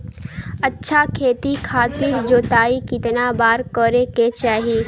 अच्छा खेती खातिर जोताई कितना बार करे के चाही?